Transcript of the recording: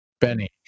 Benny